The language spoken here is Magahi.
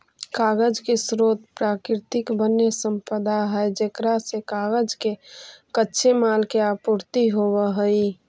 कागज के स्रोत प्राकृतिक वन्यसम्पदा है जेकरा से कागज के कच्चे माल के आपूर्ति होवऽ हई